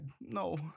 No